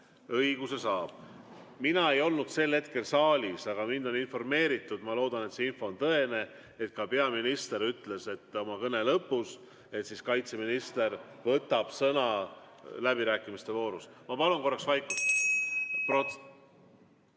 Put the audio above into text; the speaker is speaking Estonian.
õiguse saab. Mina ei olnud sel hetkel saalis, aga mind on informeeritud ja ma loodan, et see info on tõene, et ka peaminister ütles oma kõne lõpus, et kaitseminister võtab sõna läbirääkimiste voorus. Ma palun korraks vaikust!